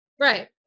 right